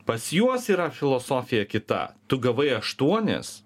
pas juos yra filosofija kita tu gavai aštuonis